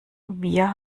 wir